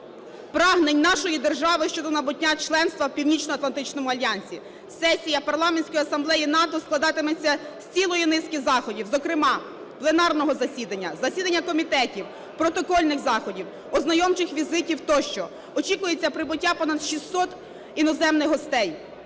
прагнень нашої держави щодо набуття членства в Північноатлантичному альянсі. Сесія Парламентської асамблеї НАТО складатиметься з цілої низки заходів, зокрема, пленарного засідання, засідання комітетів, протокольних заходів, ознайомчих візитів, тощо. Очікується прибуття понад 600 іноземних гостей,